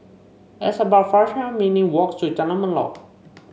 it's about minutes' walks to Jalan Melor